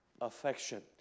affection